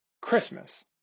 Christmas